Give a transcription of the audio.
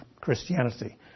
Christianity